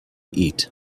eat